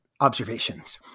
observations